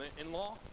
in-law